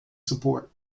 support